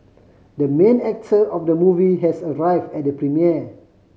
the main actor of the movie has arrive at the premiere